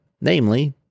namely